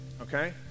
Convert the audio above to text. okay